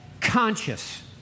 conscious